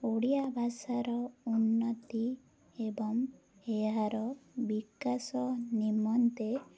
ଓଡ଼ିଆ ଭାଷାର ଉନ୍ନତି ଏବଂ ଏହାର ବିକାଶ ନିମନ୍ତେ